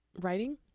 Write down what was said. Writing